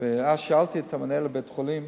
ואז שאלתי את מנהל בית-החולים